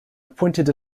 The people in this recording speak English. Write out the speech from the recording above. appointed